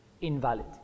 invalid